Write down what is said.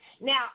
Now